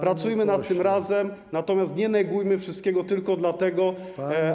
Pracujmy nad tym razem, natomiast nie negujmy wszystkiego tylko dlatego, żeby.